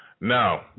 Now